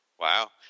Wow